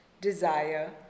desire